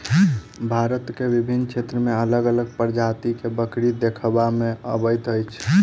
भारतक विभिन्न क्षेत्र मे अलग अलग प्रजातिक बकरी देखबा मे अबैत अछि